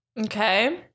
okay